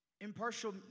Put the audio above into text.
Impartial